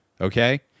Okay